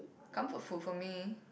comfort food for me